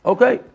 Okay